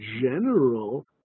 general